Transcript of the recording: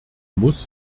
muss